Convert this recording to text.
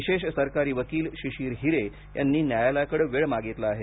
विशेष सरकारी वकील शिशिर हिरे यांनी न्यायालयाकडे वेळ मागितला आहे